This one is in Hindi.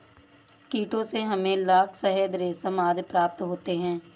कीटों से हमें लाख, शहद, रेशम आदि प्राप्त होते हैं